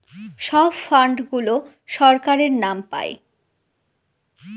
সব ফান্ড গুলো সরকারের নাম পাই